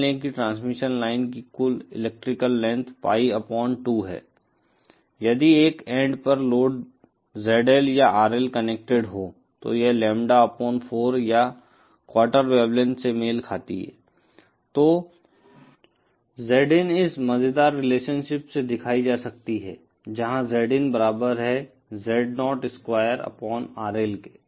मान लें कि ट्रांसमिशन लाइन की कुल इलेक्ट्रिकल लेंथ पाई अपॉन 2 है यदि एक एन्ड पर लोड ZL या RL कनेक्टेड हो तो यह लैम्ब्डा अपॉन 4 या क्वार्टर वेवलेंथ से मेल खाती है तो ZIn इस मज़ेदार रिलेशनशिप से दिखाई जा सकती है जहाँ ZIn बराबर है Z0 स्क्वायर अपॉन RL के